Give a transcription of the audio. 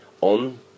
on